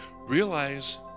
Realize